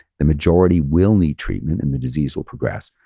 the majority will need treatment and the disease will progress,